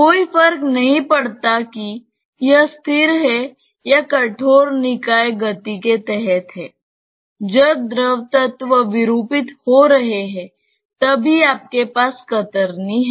कोई फर्क नहीं पड़ता कि यह स्थिर है या कठोर निकाय गति के तहत है जब द्रव तत्व विरूपित हो रहे हैं तभी आपके पास कतरनी है